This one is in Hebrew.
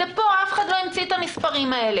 זה פה, אף אחד לא המציא את המספרים האלה.